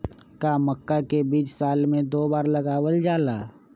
का मक्का के बीज साल में दो बार लगावल जला?